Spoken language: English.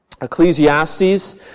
Ecclesiastes